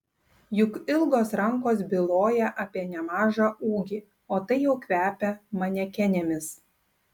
juk ilgos rankos byloja apie nemažą ūgį o tai jau kvepia manekenėmis